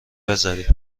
بذاری